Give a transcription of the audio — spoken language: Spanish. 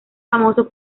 famoso